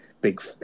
big